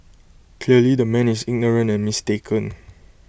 clearly the man is ignorant and mistaken